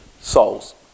souls